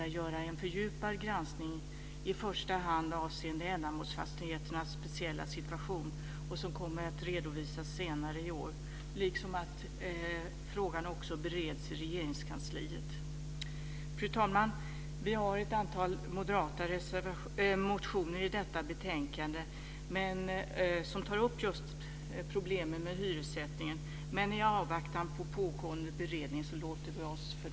Jag ska be att få yrka bifall till den.